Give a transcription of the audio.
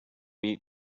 eat